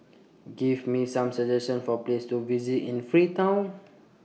Give Me Some suggestions For Places to visit in Freetown